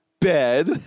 bed